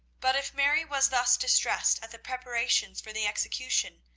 but if mary was thus distressed at the preparations for the execution,